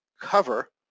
cover